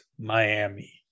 Miami